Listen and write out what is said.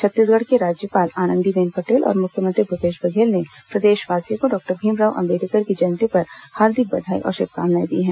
छत्तीसगढ़ की राज्यपाल आनंदीबेन पटेल और मुख्यमंत्री भूपेश बघेल ने प्रदेशवासियों को डॉक्टर भीमराव अंबेडकर की जयंती पर हार्दिक बधाई और शुभकामनाएं दी हैं